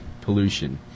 pollution